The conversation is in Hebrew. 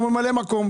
הוא ממלא מקום.